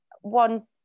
one